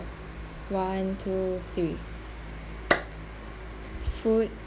one two three food